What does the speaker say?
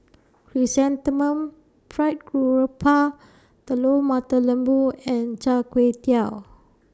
Chrysanthemum Fried Garoupa Telur Mata Lembu and Char Kway Teow